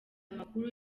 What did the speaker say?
amakuru